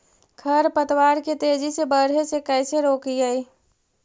खर पतवार के तेजी से बढ़े से कैसे रोकिअइ?